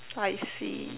I see